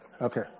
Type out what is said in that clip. Okay